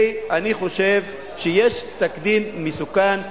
ואני חושב שיש תקדים מסוכן,